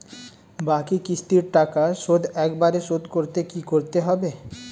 বাকি কিস্তির টাকা শোধ একবারে শোধ করতে কি করতে হবে?